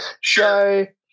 sure